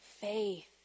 Faith